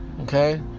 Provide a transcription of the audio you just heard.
okay